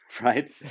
right